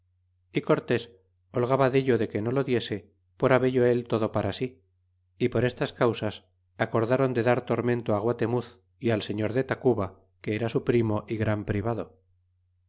y cortés holgaba dello de que no lo diese por habello el todo para sí y por estas causas acordaron de dar tormento gua temuz y al señor de tacuba que era su primo y gran privado